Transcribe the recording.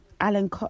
Alan